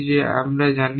যে আমরা জানি